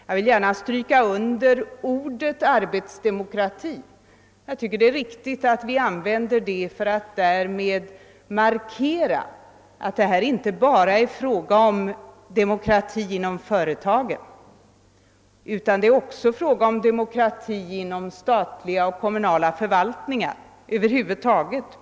Jag vill gärna stryka under ordet arbetsdemokrati. Jag tycker det är riktigt att vi använ der detta ord för att markera att det inte bara är fråga om demokrati inom företagen utan också gäller demokrati inom statliga och kommunala förvaltningar, på arbetsplatser över huvud taget.